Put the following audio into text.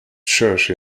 church